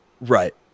Right